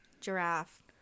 Giraffe